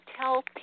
tell